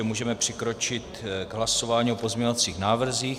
Můžeme přikročit k hlasování o pozměňovacích návrzích.